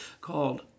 called